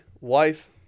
wife